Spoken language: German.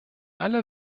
alle